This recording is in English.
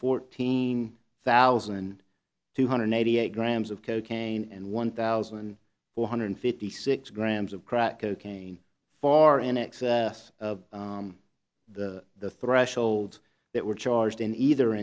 fourteen thousand two hundred eighty eight grams of cocaine and one thousand four hundred fifty six grams of crack cocaine far in excess of the threshold that were charged in either